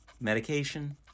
Medication